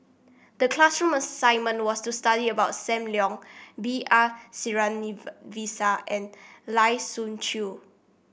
the classroom assignment was to study about Sam Leong B R and Lai Siu Chiu